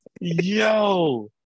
Yo